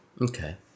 Okay